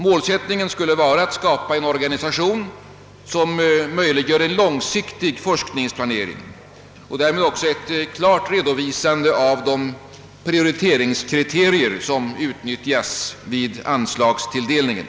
Målsättningen skulle vara att skapa en organisation som möjliggör en långsiktig forskningsplanering och därmed också en klar redovisning av de prioriteringskriterier som utnyttjas vid anslagstilldelningen.